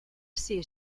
ser